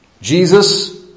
Jesus